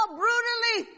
brutally